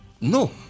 No